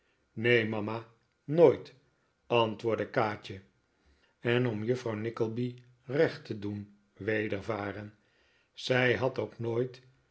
neen mama nooit antwoordde kaatje en om juffrouw nickleby recht te doen wedervaren zij had ook nooit